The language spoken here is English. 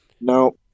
No